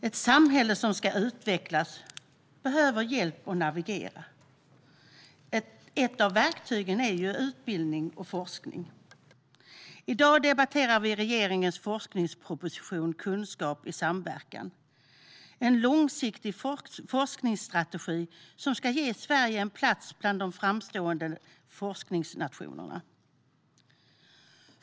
Herr talman! Ett samhälle som ska utvecklas behöver hjälp med att navigera. Ett av verktygen är utbildning och forskning. I dag debatterar vi regeringens forskningsproposition Kunskap i samverkan . Den innehåller en långsiktig forskningsstrategi som ska ge Sverige en plats bland de framstående forskningsnationerna.